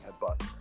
headbutt